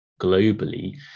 globally